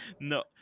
No